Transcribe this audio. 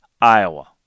Iowa